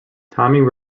timing